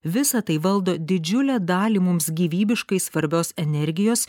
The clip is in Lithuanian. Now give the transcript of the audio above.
visa tai valdo didžiulę dalį mums gyvybiškai svarbios energijos